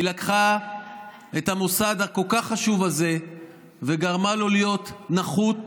היא לקחה את המוסד הכל-כך חשוב הזה וגרמה לו להיות נחות,